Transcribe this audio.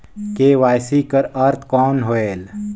KYC कर अर्थ कौन होएल?